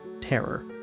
terror